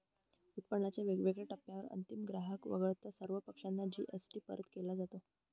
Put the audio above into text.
उत्पादनाच्या वेगवेगळ्या टप्प्यांवर अंतिम ग्राहक वगळता सर्व पक्षांना जी.एस.टी परत केला जातो